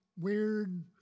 weird